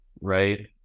right